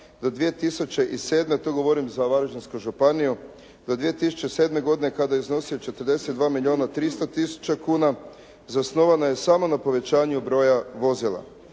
županiju, kada je iznosio 42 milijuna 300 tisuća kuna zasnovano je samo na povećanju broja vozila.